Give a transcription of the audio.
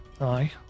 Aye